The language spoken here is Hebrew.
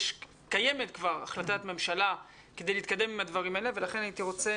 קיימת כבר החלטת ממשלה כדי להתקדם עם הדברים האלה ולכן הייתי רוצה